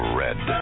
red